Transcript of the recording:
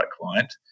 client